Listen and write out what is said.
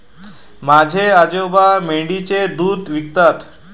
माझे आजोबा मेंढीचे दूध विकतात